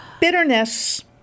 Bitterness